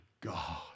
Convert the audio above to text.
God